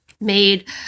made